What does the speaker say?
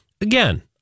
Again